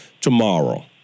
tomorrow